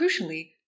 crucially